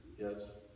Yes